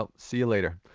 ah see you later.